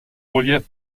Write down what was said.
relief